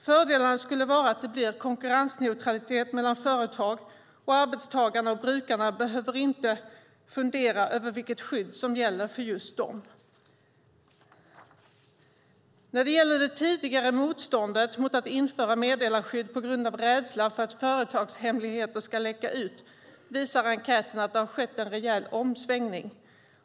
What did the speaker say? Fördelarna skulle vara att det blir konkurrensneutralitet mellan företag, och arbetstagarna och brukarna behöver inte fundera över vilket skydd som gäller för just dem. När det gäller det tidigare motståndet mot att införa meddelarskydd på grund av rädsla för att företagshemligheter ska läcka ut visar enkäten att det har skett en rejäl omsvängning.